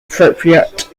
appropriate